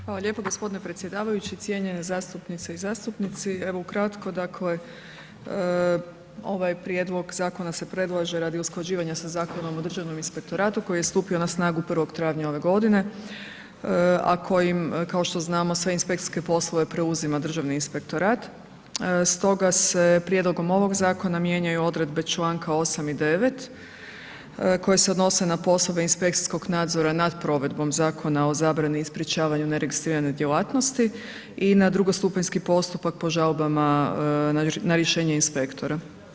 Hvala lijepo g. predsjedavajući, cijenjene zastupnice i zastupnici, evo ukratko, dakle, ovaj prijedlog zakona se predlaže radi usklađivanja sa Zakonom o državnom inspektoratu koji je stupio na snagu 1. travnja ove godine, a kojim, kao što znamo, sve inspekcijske poslove preuzima Državni inspektorat, stoga se prijedlogom ovog zakona mijenjaju odredbe čl. 8. i 9. koje se odnose na poslove inspekcijskog nadzora nad provedbom Zakona o zabrani i sprječavanju neregistrirane djelatnosti i na drugostupanjski postupak po žalbama na rješenje inspektora.